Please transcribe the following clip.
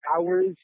hours